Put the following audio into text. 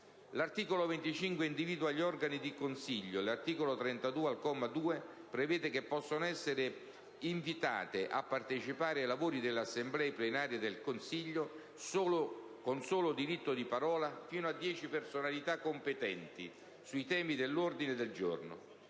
L'articolo 27 individua gli organi del Consiglio e l'articolo 32, al comma 2, prevede che possano essere invitati a partecipare ai lavori delle assemblee plenarie del Consiglio, con solo diritto di parola, fino a 10 personalità competenti sui temi all'ordine del giorno.